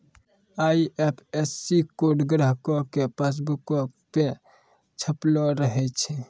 IFSC code ग्राहको के पासबुको पे छपलो रहै छै